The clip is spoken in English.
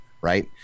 right